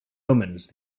omens